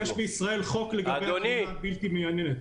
יש בישראל חוק לגבי הקרינה הבלתי מייננת.